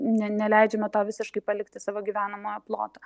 ne neleidžiame tau visiškai palikti savo gyvenamojo ploto